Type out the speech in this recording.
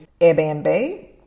Airbnb